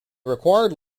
required